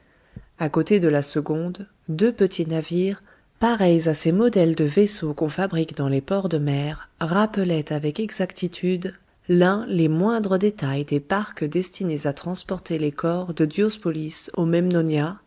à côté de la seconde deux petits navires pareils à ces modèles de vaisseaux qu'on fabrique dans les ports de mer rappelaient avec exactitude celui-ci les moindres détails des barques destinées à transporter les corps de diospolis aux memnonia